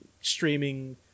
streaming